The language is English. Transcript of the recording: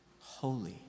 holy